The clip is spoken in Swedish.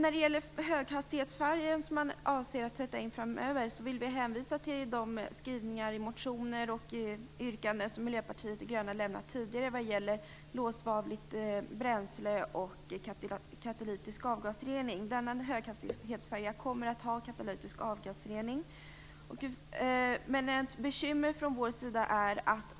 Vad gäller den höghastighetsfärja som man avser att sätta in framöver vill vi hänvisa till de skrivningar i motioner och yrkanden som Miljöpartiet de gröna lämnat tidigare i fråga om lågsvavligt bränsle och katalytisk avgasrening. Denna höghastighetsfärja kommer att ha katalytisk avgasrening.